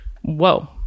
Whoa